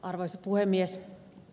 arvoisa puhemies